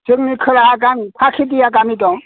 जोंनि खोलाहा गामि फाख्रिदिया गामि दं